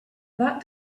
that